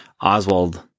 Oswald